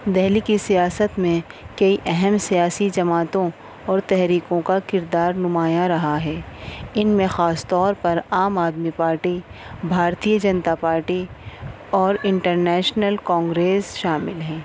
دہلی کی سیاست میں کئی اہم سیاسی جماعتوں اور تحریکوں کا کردار نمایاں رہا ہے ان میں خاص طور پر عام آدمی پارٹی بھارتیہ جنتا پارٹی اور انٹرنیشنل کانگریس شامل ہیں